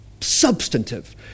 substantive